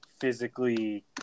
physically